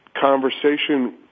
conversation